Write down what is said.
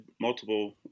multiple